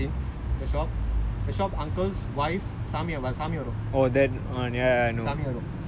you know the shop below my house block thirteen the shop the shop uncle's wife samuel samuel